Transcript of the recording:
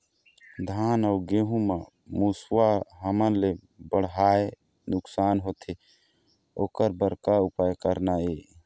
धान अउ गेहूं म मुसवा हमन ले बड़हाए नुकसान होथे ओकर बर का उपाय करना ये?